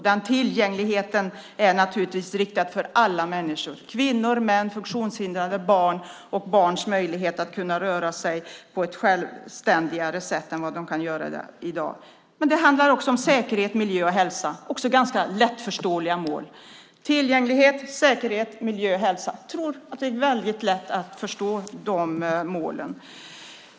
Den tillgängligheten är naturligtvis till för alla människor - kvinnor, män, funktionshindrade och barn - och barn ska kunna röra sig på ett självständigare sätt än vad de kan göra i dag. Men det handlar också om säkerhet, miljö och hälsa. Det är också ganska lättförståeliga mål. Jag tror att det är väldigt lätt att förstå dessa mål - tillgänglighet, säkerhet, miljö och hälsa.